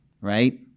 right